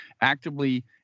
actively